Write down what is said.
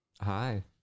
Hi